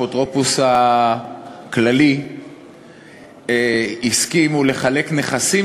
באפוטרופוס הכללי הסכימו לחלק נכסים